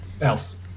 else